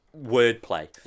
wordplay